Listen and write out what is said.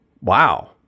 wow